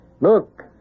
Look